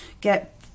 get